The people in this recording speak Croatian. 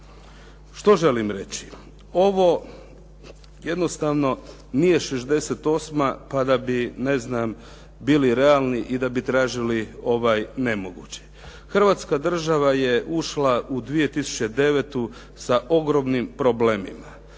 Što želim reći? Ovo jednostavno nije '68. pa da bi ne znam bili realni i da bi tražili nemoguće. Hrvatska država je ušla u 2009. sa ogromnim problemima.